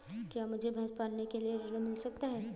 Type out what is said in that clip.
क्या मुझे भैंस पालने के लिए ऋण मिल सकता है?